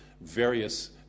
various